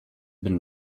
been